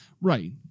right